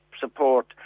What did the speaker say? Support